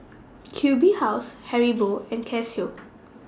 Q B House Haribo and Casio